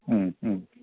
ഉം ഉം